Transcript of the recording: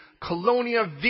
Colonia